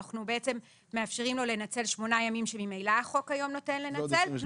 אנחנו בעצם מאפשרים לו לנצל 8 ימים שממילא היום החוק נותן לנצל,